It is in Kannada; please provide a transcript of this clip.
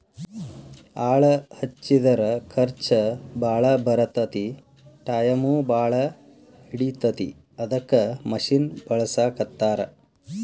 ಆಳ ಹಚ್ಚಿದರ ಖರ್ಚ ಬಾಳ ಬರತತಿ ಟಾಯಮು ಬಾಳ ಹಿಡಿತತಿ ಅದಕ್ಕ ಮಿಷನ್ ಬಳಸಾಕತ್ತಾರ